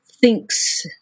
thinks